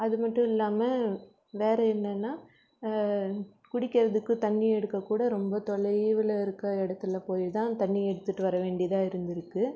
அதுமட்டும் இல்லாமல் வேறு என்னென்னா குடிக்கிறதுக்கு தண்ணி எடுக்கக்கூட ரொம்ப தொலைவில் இருக்கற இடத்துல போய் தான் தண்ணி எடுத்துகிட்டு வரவேண்டியதாக இருந்துருக்குது